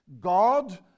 God